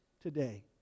today